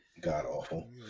god-awful